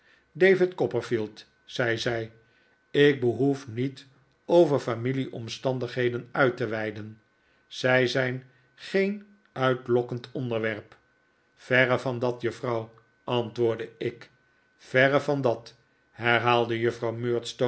david copperfield zei zij ik behoef niet over farhilie omstandigheden uit te weiden zij zijn geen uitlokkend onderwerp verre van dat juffrouw antwoordde ik verre van dat herhaalde juffrouw